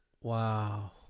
Wow